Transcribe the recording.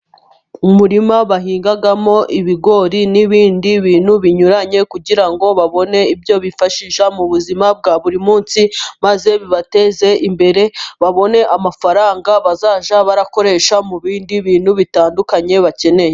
Umurima bahingamo ibigori n'ibindi bintu binyuranye, kugira ngo babone ibyo bifashisha mu buzima bwa buri munsi maze bibateze imbere, babone amafaranga bazajya bakoresha mu bindi bintu bitandukanye bakeneye.